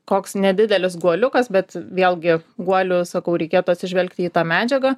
koks nedidelis guoliukas bet vėlgi guoliu sakau reikėtų atsižvelgti į tą medžiagą